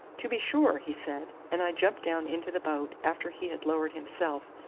to be sure, he said and i jumped down into the boat, after he had lowered himself,